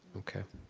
okay.